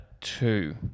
two